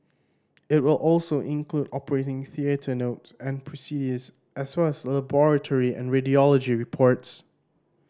it will also include operating theatre note and procedures as well as laboratory and radiology reports